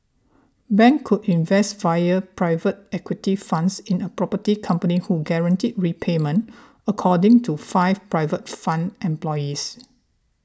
banks could invest via private equity funds in a property companies who guaranteed repayment according to five private fund employees